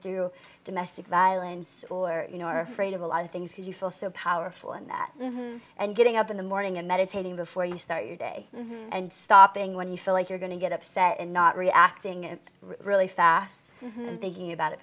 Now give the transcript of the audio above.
through domestic violence or you know are afraid of a lot of things you feel so powerful and that and getting up in the morning and meditating before you start your day and stopping when you feel like you're going to get upset and not reacting it really fast thinking about it